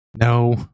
No